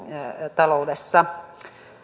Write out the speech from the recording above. taloudessa